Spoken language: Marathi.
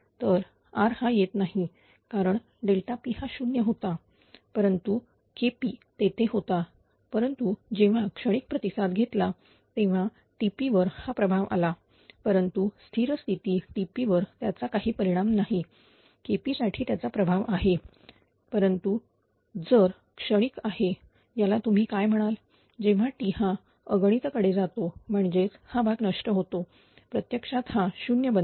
तर R हा येत नाही कारण P हा 0 होता परंतु KP तेथे होता परंतु जेव्हा क्षणिक प्रतीसाद घेतला तेव्हा TP वर हा प्रभाव आला परंतु स्थिर स्थिती TP वर त्याचा काही परिणाम नाहीKP साठी त्याचा प्रभाव आहे परंतु जर क्षणिक आहे याला तुम्ही काय म्हणाल जेव्हा t हा अगणित कडे जातो म्हणजेच हा भाग नष्ट होतो प्रत्यक्षात हा 0 बनेल